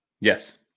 yes